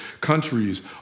countries